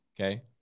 Okay